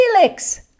Felix